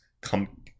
come